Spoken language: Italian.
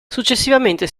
successivamente